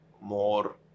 more